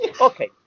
Okay